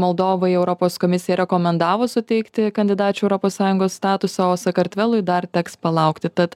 moldovai europos komisija rekomendavo suteikti kandidačių europos sąjungos statuso sakartvelui dar teks palaukti tad